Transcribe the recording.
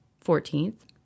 Fourteenth